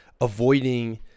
avoiding